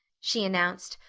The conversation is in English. she announced.